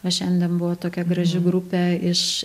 o šiandien buvo tokia graži grupė iš